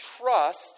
trust